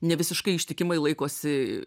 ne visiškai ištikimai laikosi